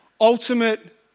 ultimate